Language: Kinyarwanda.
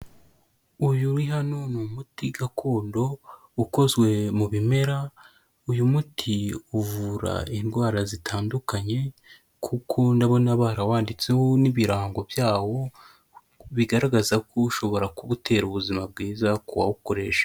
Uyu uri hano ni umuti gakondo ukozwe mu bimera; uyu muti uvura indwara zitandukanye; kuko ndabona barawanditseho n'ibirango byawo; bigaragaza ko ushobora kuba utera ubuzima bwiza ku bawukoresha.